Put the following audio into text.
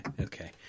okay